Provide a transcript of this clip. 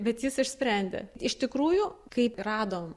bet jis išsprendė iš tikrųjų kai radom